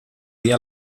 día